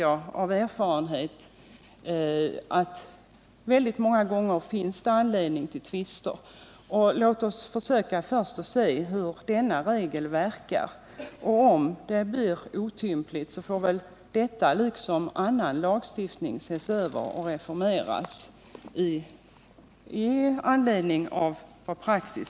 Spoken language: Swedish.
Men av erfarenhet vet jag att det många gånger tyvärr finns anledning till tvister. Låt oss därför först se hur denna regel verkar. Om det blir otympligt får väl denna liksom annan lagstiftning ses över och reformeras.